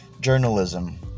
journalism